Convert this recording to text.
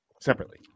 separately